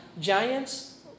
giants